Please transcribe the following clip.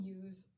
use